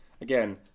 Again